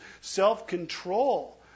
self-control